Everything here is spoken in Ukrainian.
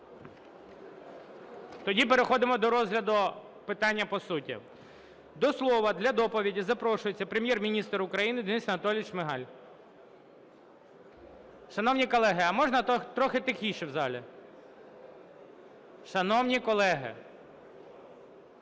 Тоді переходимо до розгляду питання по суті. До слова для доповіді запрошується Прем'єр-міністр України Денис Анатолійович Шмигаль. Шановні колеги, а можна трохи тихіше в залі? Шановні колеги!